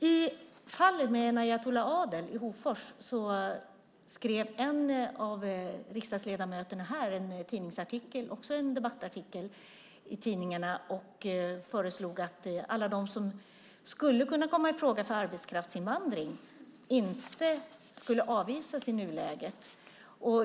I fallet med Enayatullah Adel i Hofors skrev en av riksdagsledamöterna här en debattartikel i tidningarna och föreslog att alla de som skulle kunna komma i fråga för arbetskraftsinvandring inte skulle avvisas i nuläget.